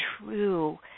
true